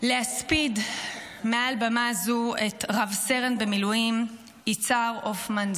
להספיד מעל במה זו את רב-סרן במילואים יצהר הופמן,